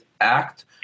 act